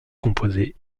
composée